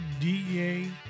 DEA